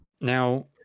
now